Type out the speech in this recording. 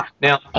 Now